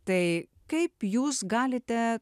tai kaip jūs galite